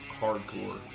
hardcore